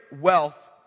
wealth